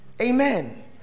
amen